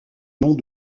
noms